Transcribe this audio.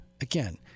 again